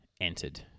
entered